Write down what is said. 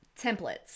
templates